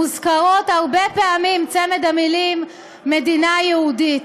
מוזכר הרבה פעמים צמד המילים "מדינה יהודית"